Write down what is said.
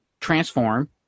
Transform